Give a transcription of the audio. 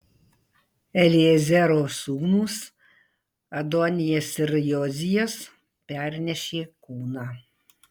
eliezero sūnūs adonijas ir jozijas pernešė kūną